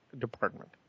department